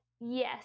Yes